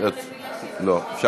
אינה